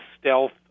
stealth